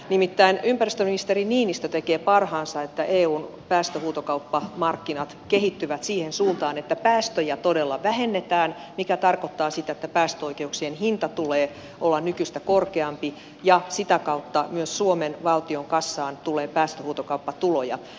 nimittäin ympäristöministeri niinistö tekee parhaansa että eun päästöhuutokauppamarkkinat kehittyvät siihen suuntaan että päästöjä todella vähennetään mikä tarkoittaa sitä että päästöoikeuksien hinnan tulee olla nykyistä korkeampi ja sitä kautta myös suomen valtion kassaan tulee päästöhuutokauppatuloja